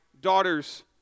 daughter's